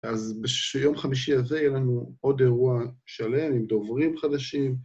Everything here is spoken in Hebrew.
אז ביום חמישי הזה יהיה לנו עוד אירוע שלם עם דוברים חדשים.